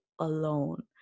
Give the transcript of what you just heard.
alone